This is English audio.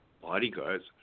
bodyguards